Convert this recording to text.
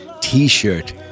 T-shirt